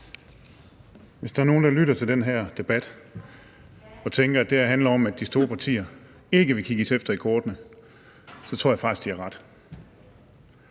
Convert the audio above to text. Hvis der er nogen, der lytter til den her debat og tænker, at det her handler om, at de store partier ikke vil kigges efter i kortene, så tror jeg faktisk, de har ret.